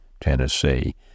Tennessee